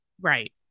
Right